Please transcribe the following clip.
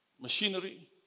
machinery